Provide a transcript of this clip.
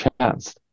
chance